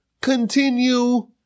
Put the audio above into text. continue